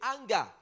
anger